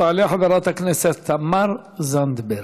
תעלה חברת הכנסת תמר זנדברג.